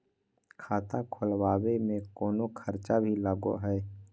खाता खोलावे में कौनो खर्चा भी लगो है?